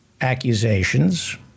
accusations